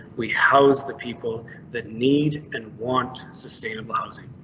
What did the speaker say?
we house the people that need. and want sustainable housing.